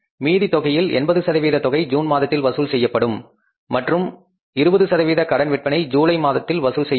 மீதி தொகையில் 80 சதவீத தொகை ஜூன் மாதத்தில் வசூல் செய்யப்படும் மற்றும் 20 சதவீத கடன் விற்பனை ஜூலை மாதத்தில் வசூல் செய்யப்படும்